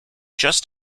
just